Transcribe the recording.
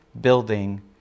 building